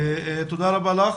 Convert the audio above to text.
תודה רבה לך.